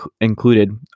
included